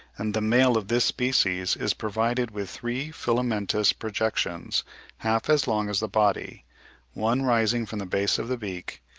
and the male of this species is provided with three filamentous projections half as long as the body one rising from the base of the beak,